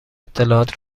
اطلاعات